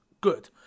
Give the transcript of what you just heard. good